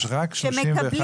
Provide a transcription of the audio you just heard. יש רק 31 משפחות.